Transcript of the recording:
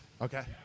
Okay